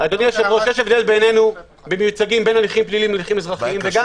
הבדל בין מיוצגים בהליכים פליליים להליכים אזרחיים.